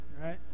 right